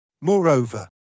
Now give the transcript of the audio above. Moreover